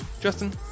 Justin